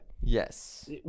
Yes